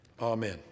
Amen